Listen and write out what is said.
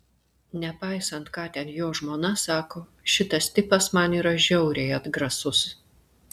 nepaisant ką ten jo žmona sako šitas tipas man yra žiauriai atgrasus